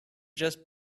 just